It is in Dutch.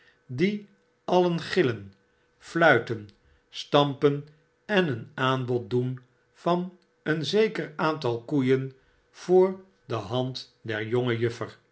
die alien gillen fluiten stampen en een aanbod doen van een zeker aantal koeien voor de hand der